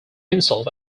himself